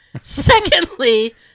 Secondly